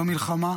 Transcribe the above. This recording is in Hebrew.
במלחמה,